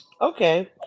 Okay